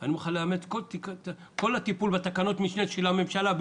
אני מוכן לאמץ את כל הטיפול בתקנות המשנה של הממשלה,